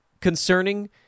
concerning